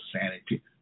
sanity